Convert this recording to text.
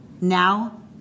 Now